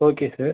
okay sir